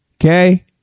Okay